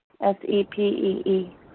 S-E-P-E-E